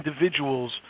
individuals